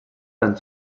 tan